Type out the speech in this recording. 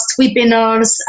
webinars